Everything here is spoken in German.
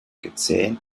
gezähnt